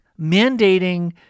mandating